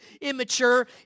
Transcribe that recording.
immature